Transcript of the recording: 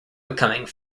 becoming